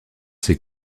ses